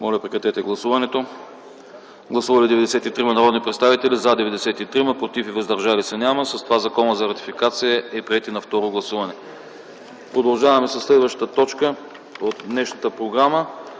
за атомна енергия. Гласували 93 народни представители: за 93, против и въздържали се няма. С това Законът за ратификация е приет и на второ гласуване. Продължаваме със следващата точка от днешната програма: